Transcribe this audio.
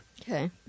Okay